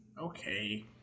Okay